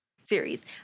series